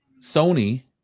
Sony